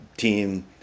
team